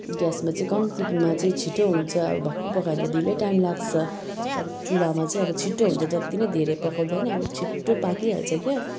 ग्यासमा चाहिँ कम्तीमा चाहिँ छिटो हुन्छ अब भक्कु पकायो भने त ढिलै टाइम लाग्छ तर चुल्हामा चाहिँ अब छिटो हुन्छ जति नै धेरै पकाउँदा पनि अब छिटो पाकिहाल्छ क्या